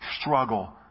struggle